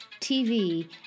TV